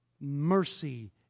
mercy